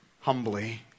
humbly